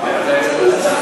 נכבדים,